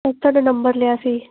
ਅਸੀਂ ਤੁਹਾਡਾ ਨੰਬਰ ਲਿਆ ਸੀ